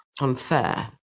unfair